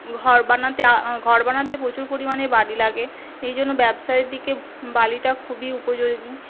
ঘর বানাতে ঘর বানাতে প্রচুর পরিমাণে বালি লাগে এই জন্য ব্যবসায়ীদিকে বালিটা খুবই উপযোগী